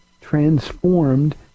transformed